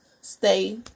stay